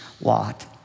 Lot